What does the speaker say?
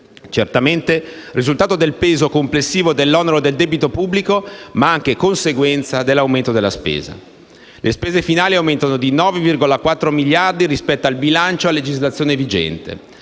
certamente, risultato del peso complessivo dell'onere del debito pubblico, ma anche conseguenza dell'aumento di spesa. Le spese finali aumentano di 9,4 miliardi rispetto al bilancio a legislazione vigente.